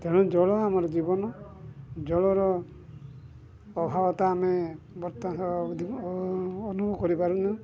ତେଣୁ ଜଳ ଆମର ଜୀବନ ଜଳର ଅଭାବତା ଆମେ ବର୍ତ୍ତମାନ ଅନୁଭବ କରିପାରୁନୁ